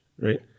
right